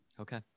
Okay